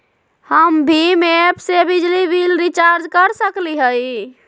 हम भीम ऐप से बिजली बिल रिचार्ज कर सकली हई?